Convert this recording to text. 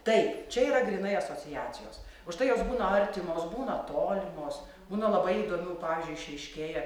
taip čia yra grynai asociacijos užtai jos būna artimos būna tolimos būna labai įdomių pavyzdžiui išryškėja